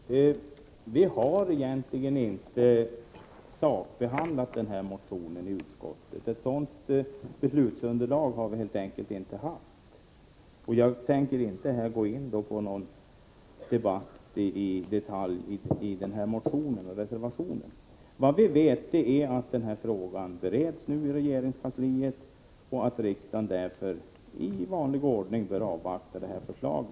Herr talman! Vi har egentligen inte sakbehandlat den här motionen i utskottet. Vi har helt enkelt inte haft ett sådant beslutsunderlag. Jag tänker därför inte gå in i någon debatt i detalj om motionen och reservationen. Vad vi vet är att denna fråga nu bereds i regeringskansliet och att riksdagen därför i vanlig ordning bör avvakta detta förslag.